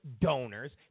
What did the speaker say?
donors